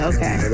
Okay